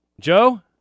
Joe